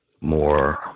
more